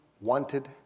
wanted